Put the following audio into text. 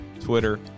Twitter